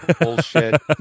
Bullshit